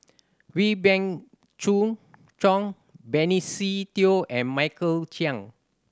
Wee Beng Chong Benny Se Teo and Michael Chiang